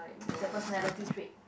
is a personality trait